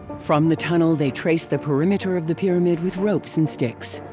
from the tunnel, they trace the perimeter of the pyramid with ropes and sticks.